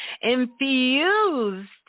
infused